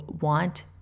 want